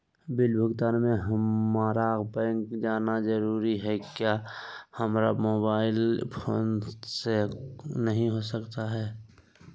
Bill भुगतान में हम्मारा बैंक जाना जरूर है क्या हमारा मोबाइल फोन से नहीं हो सकता है?